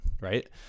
right